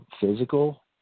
physical